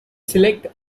select